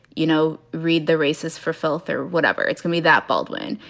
you know, read the racist for filth or whatever. it's me that baldwin.